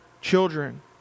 Children